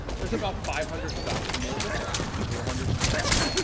there's about five hundred stocks for me to look at here, four hundred and sixty.